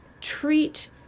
treat